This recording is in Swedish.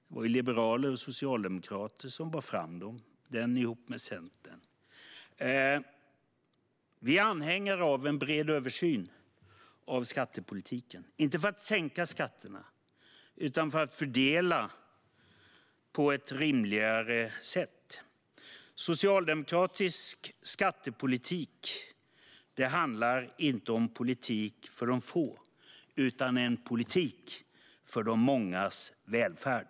Det var liberaler och socialdemokrater som bar fram den ihop med Centern. Vi är anhängare av en bred översyn av skattepolitiken, inte för att sänka skatterna utan för att fördela på ett rimligare sätt. Socialdemokratisk skattepolitik handlar inte om politik för de få utan om en politik för de mångas välfärd.